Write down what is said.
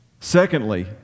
Secondly